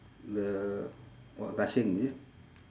the what gasing is it